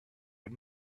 had